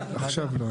עכשיו לא.